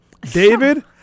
david